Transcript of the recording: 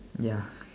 ya